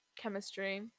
chemistry